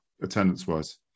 attendance-wise